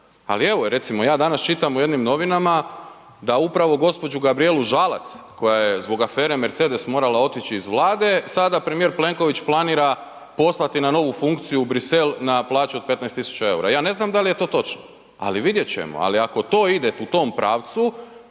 ali evo recimo ja danas čitam u jednim novinama da upravo gđu. Gabrijelu Žalac koja je zbog afere Mercedes morala otići iz Vlade, sada premijer Plenković planira poslati na novu funkciju u Brisel na plaću od 15.000,00 EUR-a, ja ne znam da li je to točno, ali vidjet ćemo. Ali ako to ide u tom pravcu,